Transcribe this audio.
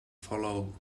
follow